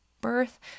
birth